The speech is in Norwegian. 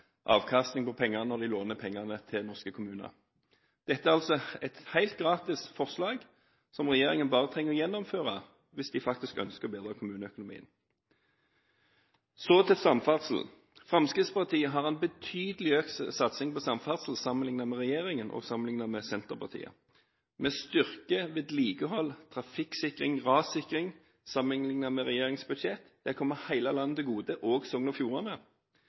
avkastning når de låner penger til norske kommuner. Dette er et helt gratis forslag som regjeringen bare kan gjennomføre hvis de faktisk ønsker å bedre kommuneøkonomien. Så til samferdsel: Fremskrittspartiet har en betydelig økt satsing på samferdsel sammenlignet med regjeringen og sammenlignet med Senterpartiet. Vi styrker vedlikehold, trafikksikring og rassikring sammenlignet med regjeringens budsjett. Det kommer hele landet til gode, også Sogn og Fjordane.